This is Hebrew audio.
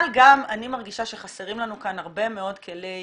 אבל גם אני מרגישה שחסרים לנו כאן הרבה מאוד כלי